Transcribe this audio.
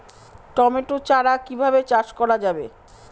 Tomato চারা কিভাবে চাষ করা যাবে?